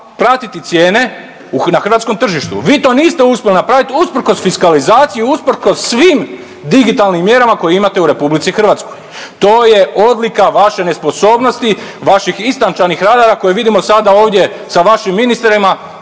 pratiti cijene na hrvatskom tržištu. Vi to niste uspjeli napraviti usprkos fiskalizaciji, usprkos svim digitalnim mjerama koje imate u RH. To je odlika vaše nesposobnosti, vaših istančanih radara koje vidimo sada ovdje sa vašim ministrima